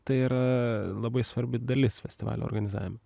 tai yra labai svarbi dalis festivalio organizavimo